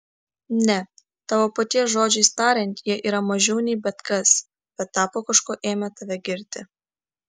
ne tavo paties žodžiais tariant jie yra mažiau nei bet kas bet tapo kažkuo ėmę tave girti